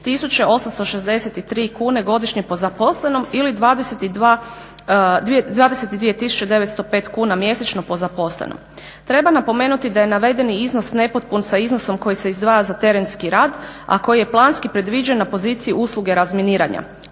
863 kune godišnje po zaposlenom ili 22 905 kuna mjesečno po zaposlenom. Treba napomenuti da je navedeni iznos nepotpun sa iznosom koji se izdvaja za terenski rad a koji je planski predviđen na poziciji usluge razminiranja.